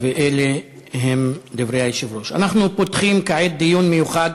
ואלה הם דברי היושב-ראש: אנחנו פותחים כעת דיון מיוחד,